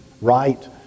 right